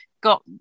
got